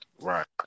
right